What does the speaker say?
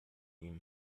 ihm